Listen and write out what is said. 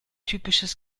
typisches